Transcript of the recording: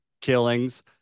killings